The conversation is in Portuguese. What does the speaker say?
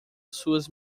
suas